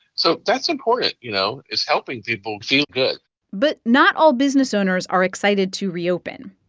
so that's important, you know? it's helping people feel good but not all business owners are excited to reopen.